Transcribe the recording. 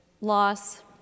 loss